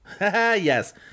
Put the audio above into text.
Yes